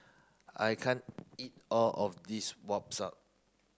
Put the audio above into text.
I can't eat all of this